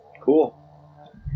Cool